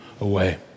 away